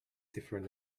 different